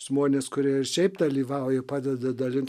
žmonės kurie šiaip dalyvauja padeda dalint